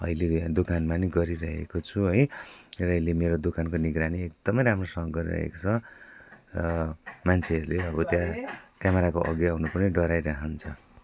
अहिले दोकानमा नि गरिराखेको छु है र यसले मेरो दोकानको निगरानी एकदमै राम्रोसँग गरिराखेको छ र मान्छेहरूले अब त्यहाँ क्यामेराको अघि आउन पनि डराइराखेको हुन्छ